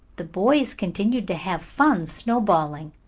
the boys continued to have fun snowballing,